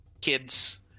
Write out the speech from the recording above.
kids